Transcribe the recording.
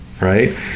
right